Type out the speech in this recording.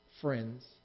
friends